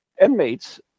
inmates